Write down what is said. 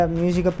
music